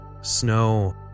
snow